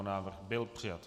Návrh byl přijat.